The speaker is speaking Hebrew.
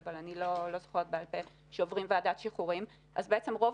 אבל אני לא זוכרת בעל פה שעוברים ועדת שחרורים כך שבעצם רוב